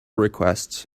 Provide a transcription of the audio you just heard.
requests